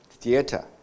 theater